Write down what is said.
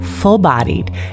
full-bodied